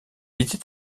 était